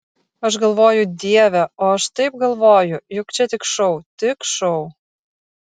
aš galvoju dieve o aš taip galvoju juk čia tik šou tik šou